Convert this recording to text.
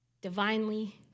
divinely